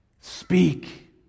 speak